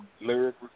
lyrics